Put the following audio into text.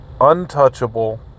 untouchable